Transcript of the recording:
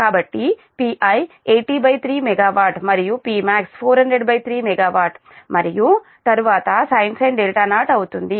కాబట్టి Pi 803 MW మరియు P max 4003 MWమరియు తరువాత sin 0 అవుతుంది